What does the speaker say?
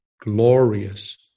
glorious